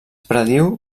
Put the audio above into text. prediu